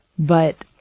but